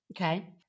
okay